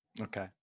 Okay